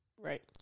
Right